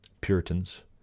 Puritans